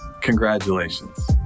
congratulations